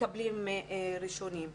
מקבל ראשון?